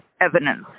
evidence